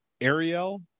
Ariel